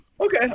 Okay